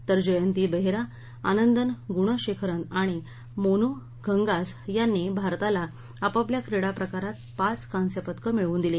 तर जयंती बेहरा आनंदन ग्णशेखरन आणि मोनू घंगास यांनी भारताला आपापल्या क्रीडाप्रकारात पाच कास्यपदक मिळवून दिली